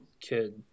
kid